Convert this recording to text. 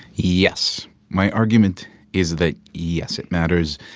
yes. my argument is that, yes, it matters.